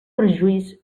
perjuís